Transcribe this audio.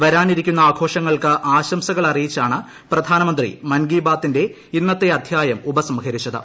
വരാനിരിക്കുന്ന ആഘോഷങ്ങൾക്ക് ആശംസകൾ അറിയിച്ചാണ് പ്രധാനമന്ത്രി മൻ കി ബാതിന്റെ ഇന്നത്തെ അധ്യായം ഉപസംഹരിച്ചത്